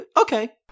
okay